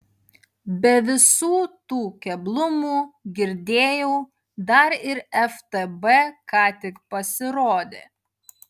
be visų tų keblumų girdėjau dar ir ftb ką tik pasirodė